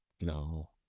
no